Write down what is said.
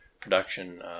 production